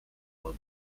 блага